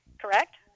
correct